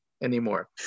anymore